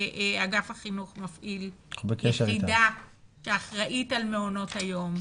שם אגף החינוך מפעיל את האחראית על מעונות היום,